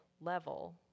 level